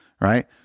right